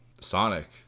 Sonic